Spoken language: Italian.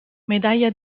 medaglia